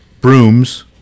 brooms